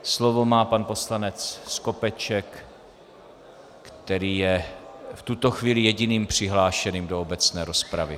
Slovo má pan poslanec Skopeček, který je v tuto chvíli jediným přihlášeným do obecné rozpravy.